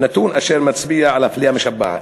נתון אשר מצביע על אפליה משוועת.